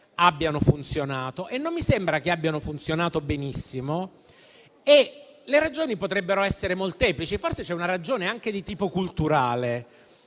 bipolare, perché non mi sembra che abbiano funzionato benissimo e le ragioni potrebbero essere molteplici (forse ce n'è una anche di tipo culturale).